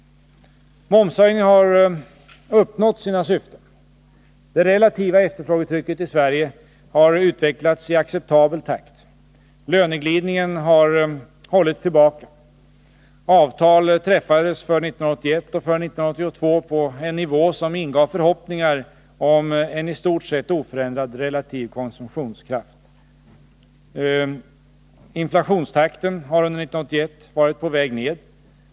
Momshöjningen har uppnått sina syften. Det relativa efterfrågetrycket i Sverige har utvecklats i acceptabel takt. Löneglidningen har hållits tillbaka. Avtal träffades för 1981 och för 1982 på en nivå som ingav förhoppningar om en i stort sett oförändrad relativ konsumtionskraft. Inflationstakten har under 1981 varit på väg ned.